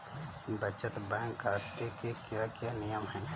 बचत बैंक खाते के क्या क्या नियम हैं?